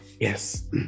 Yes